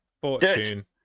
Fortune